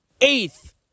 eighth